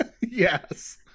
Yes